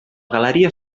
galeria